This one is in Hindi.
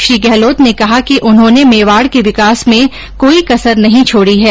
श्री गहलोत ने कहा कि उन्होंने मेवाड़ के विकास में कोई कसर नहीं छोडी है